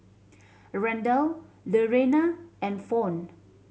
Randal Lurena and Fawn